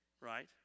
right